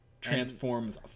Transforms